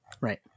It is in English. Right